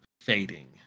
fading